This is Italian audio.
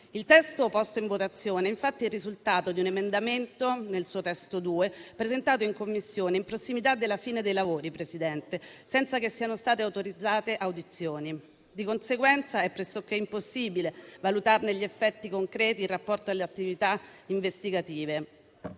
Il testo posto in votazione, infatti, è il risultato di un emendamento, nel suo testo 2, presentato in Commissione in prossimità della fine dei lavori, senza che siano state autorizzate audizioni. Di conseguenza, è pressoché impossibile valutarne gli effetti concreti in rapporto alle attività investigative.